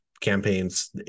campaigns